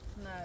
No